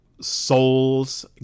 souls